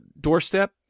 doorstep